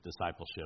discipleship